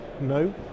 no